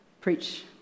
preach